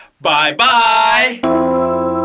Bye-bye